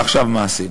ועכשיו, מה עשינו?